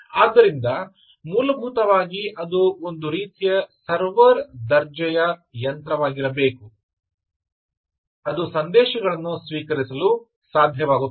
ಆದ್ದರಿಂದ ಮೂಲಭೂತವಾಗಿ ಅದು ಒಂದು ರೀತಿಯ ಸರ್ವರ್ ದರ್ಜೆಯ ಯಂತ್ರವಾಗಿರಬೇಕು ಅದು ಸಂದೇಶಗಳನ್ನು ಸ್ವೀಕರಿಸಲು ಸಾಧ್ಯವಾಗುತ್ತದೆ